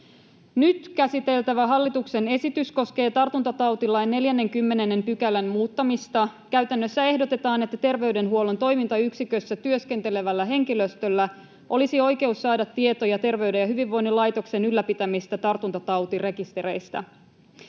Nyt käsiteltävä hallituksen esitys koskee tartuntatautilain 40 §:n muuttamista. Käytännössä ehdotetaan, että terveydenhuollon toimintayksikössä työskentelevällä henkilöstöllä olisi oikeus saada tietoja Terveyden ja hyvinvoinnin laitoksen ylläpitämistä tartuntatautirekistereistä.